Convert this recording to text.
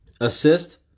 Assist